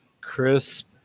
crisp